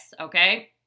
Okay